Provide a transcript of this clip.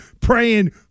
praying